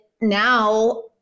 now